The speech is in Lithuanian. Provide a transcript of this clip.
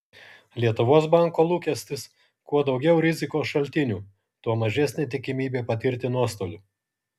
lietuvos banko lūkestis kuo daugiau rizikos šaltinių tuo mažesnė tikimybė patirti nuostolių